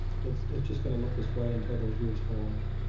it's it's just going to look this way until those years fall off.